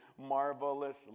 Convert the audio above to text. marvelous